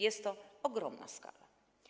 Jest to ogromna skala.